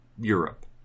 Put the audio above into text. Europe